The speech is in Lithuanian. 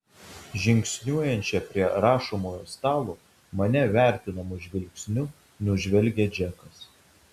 žingsniuojančią prie rašomojo stalo mane vertinamu žvilgsniu nužvelgia džekas